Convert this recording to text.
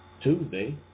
Tuesday